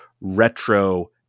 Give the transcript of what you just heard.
retro